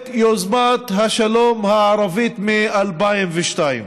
את יוזמת השלום הערבית מ-2002,